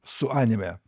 su anime